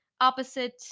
opposite